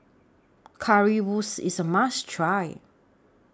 Currywurst IS A must Try